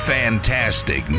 fantastic